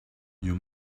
you